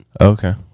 Okay